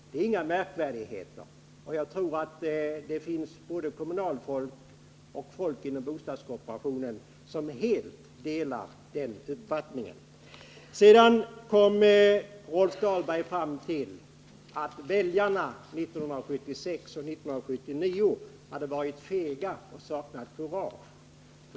Det är inga märkvärdigheter, och jag tror att det finns både kommunalfolk och folk inom bostadskooperationen som helt delar den uppfattningen. Rolf Dahlberg kom i sitt senaste inlägg fram till att väljarna 1976 och 1979 hade varit fega och saknat kurage.